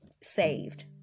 saved